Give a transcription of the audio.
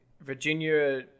Virginia